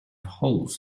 holes